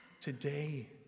Today